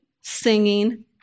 singing